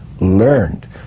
learned